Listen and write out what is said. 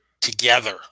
together